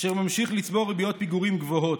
והוא ממשיך לצבור ריביות פיגורים גבוהות.